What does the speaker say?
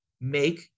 make